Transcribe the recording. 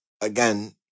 again